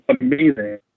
amazing